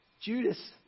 Judas